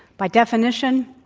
by definition,